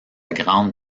grande